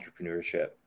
entrepreneurship